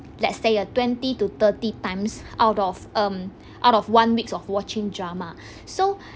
let's say twenty to thirty times out of um out of one weeks of watching drama so